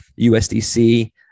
USDC